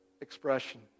expression